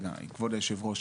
כבוד יושב-הראש,